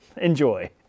Enjoy